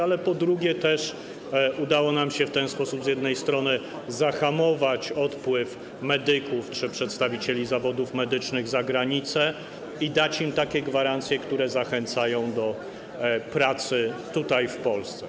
A po drugie, udało nam się też w ten sposób z jednej strony zahamować odpływ medyków czy przedstawicieli zawodów medycznych za granicę i dać im takie gwarancje, które zachęcają do pracy tutaj, w Polsce.